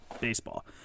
baseball